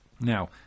Now